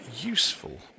useful